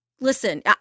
listen